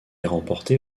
remportée